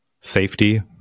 safety